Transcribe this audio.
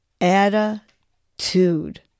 attitude